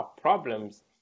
problems